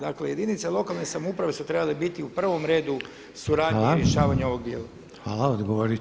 Dakle jedinice lokalne samouprave su trebale biti u prvom redu suradnja u rješavanju ovog dijela.